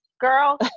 girl